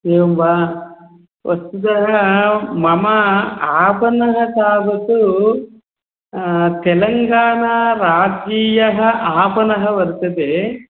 एवं वा वस्तुतः मम आपणः खादतु तेलङ्गाणा राज्यीयः आपणः वर्तते